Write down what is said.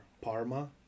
Parma